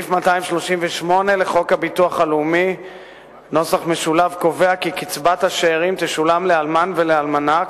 סעיף 238 לחוק הביטוח הלאומי קובע כי קצבת השאירים תשולם לאלמן ולאלמנה,